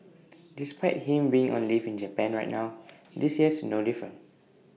despite him being on leave in Japan right now this year's no different